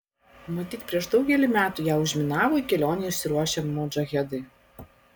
matyt prieš daugelį metų ją užminavo į kelionę išsiruošę modžahedai